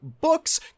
Books